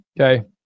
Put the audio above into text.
Okay